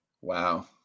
Wow